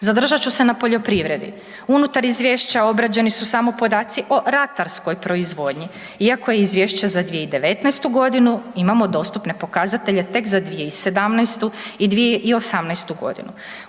Zadržat ću se na poljoprivredi. Unutar izvješća obrađeni su samo podaci o ratarskoj proizvodnji iako je izvješće za 2019.g. imamo dostupne pokazatelje tek za 2017. i 2018.g.